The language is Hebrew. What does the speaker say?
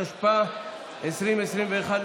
התשפ"א 2021,